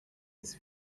his